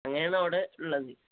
അങ്ങനെയാണ് അവിടെയുള്ളത്